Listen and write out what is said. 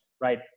right